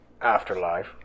Afterlife